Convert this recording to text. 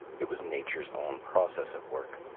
it was nature's own process at work.